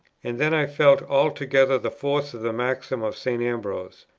and then i felt altogether the force of the maxim of st. ambrose,